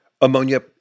ammonia